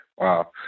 Wow